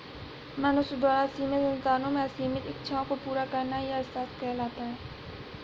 मनुष्य द्वारा सीमित संसाधनों से असीमित इच्छाओं को पूरा करना ही अर्थशास्त्र कहलाता है